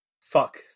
Fuck